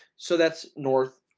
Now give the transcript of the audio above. so that's north,